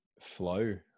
flow